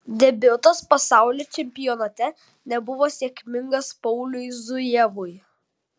debiutas pasaulio čempionate nebuvo sėkmingas pauliui zujevui